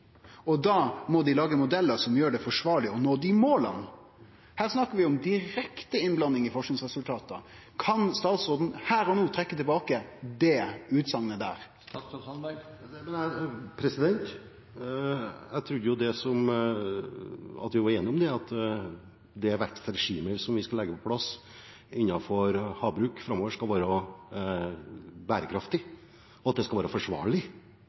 lage modellar som gjer det forsvarleg å nå desse måla. Her snakkar vi om direkte innblanding i forskingsresultata. Kan statsråden her og no trekkje tilbake denne utsegna? Jeg trodde at vi var enige om at det vekstregimet som vi skal legge på plass innenfor havbruk framover, skal være bærekraftig, og at det skal